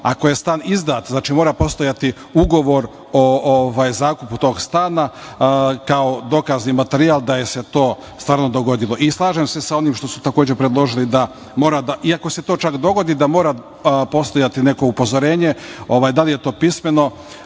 Ako je stan izdat, mora postojati ugovor o zakupu tog stana, kao dokazni materijal da se to stvarno dogodilo. Slažem se sa onim što ste predložili, ako se to čak i dogodi, da mora postojati neko upozorenje, da li je to pismeno,